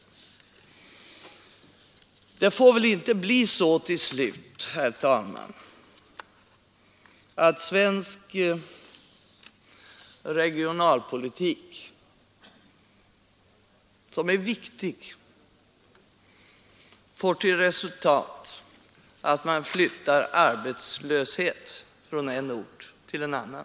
Det får väl inte, fru talman, bli så till slut att svensk regionalpolitik — som är viktig — får till resultat att man flyttar arbetslöshet från en ort till en annan.